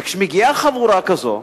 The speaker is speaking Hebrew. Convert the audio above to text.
וכשמגיעה חבורה כזו